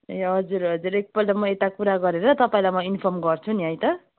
ए हजुर हजुर एकपल्ट म यता कुरा गरेर तपाईँलाई म इन्फर्म गर्छु नि है त